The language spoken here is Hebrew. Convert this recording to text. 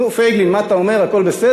נו, פייגלין, מה אתה אומר, הכול בסדר?